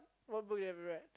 what book you've read